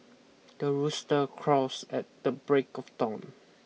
the rooster crows at the break of dawn